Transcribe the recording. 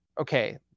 okay